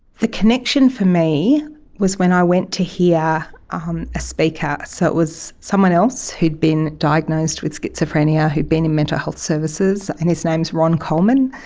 the connection for me was when i went to hear yeah um a speaker, so it was someone else who had been diagnosed with schizophrenia who had been in mental health services and his name is ron coleman,